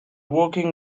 walking